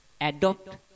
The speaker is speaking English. adopt